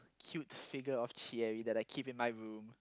cute figure of that I keep in my room